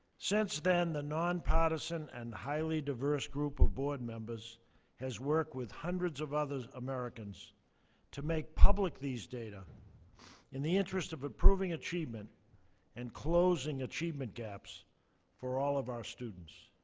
since then, the non-partisan and highly diverse group of board members has worked with hundreds of other americans to make public these data in the interest of improving achievement and closing achievement gaps for all of our students.